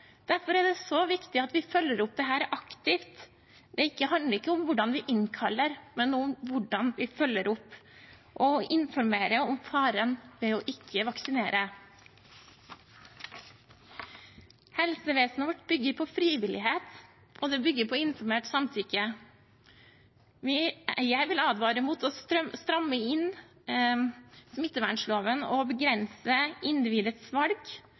Derfor er det så viktig at vi følger opp dette aktivt. Det handler ikke om hvordan vi innkaller, men om hvordan vi følger opp og informerer om faren ved ikke å vaksinere. Helsevesenet vårt bygger på frivillighet, og det bygger på informert samtykke. Jeg vil advare mot å stramme inn smittevernloven og begrense individets valg